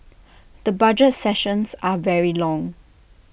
the budget sessions are very long